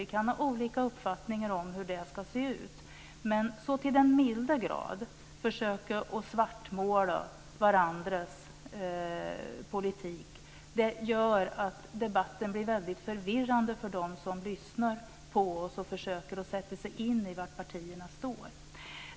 Vi kan ha olika uppfattningar om hur den ska se ut till, men när man så till den milda grad försöker svartmåla varandras politik blir debatten väldigt förvirrande för dem som lyssnar på oss och försöker sätta sig in i var partierna står.